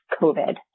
COVID